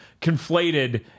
conflated